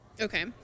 Okay